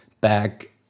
back